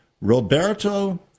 Roberto